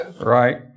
right